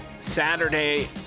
Saturday